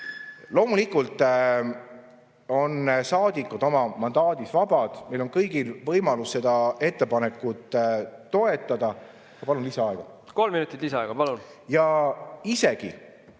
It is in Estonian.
Loomulikult on saadikud oma mandaadi kasutamisel vabad. Meil on kõigil võimalus seda ettepanekut toetada. Ma palun lisaaega. Kolm minutit lisaaega, palun! Ja isegi